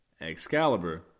Excalibur